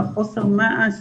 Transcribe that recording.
בחוסר מעש